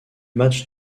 matchs